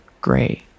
gray